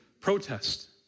protest